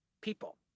people